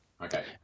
Okay